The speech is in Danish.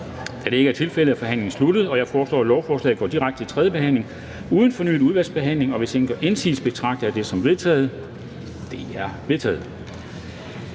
Da det ikke er tilfældet, er forhandlingen sluttet. Jeg foreslår, at lovforslaget går direkte til tredje behandling uden fornyet udvalgsbehandling. Hvis ingen gør indsigelse, betragter jeg det som vedtaget. Det er vedtaget.